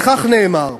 וכך נאמר: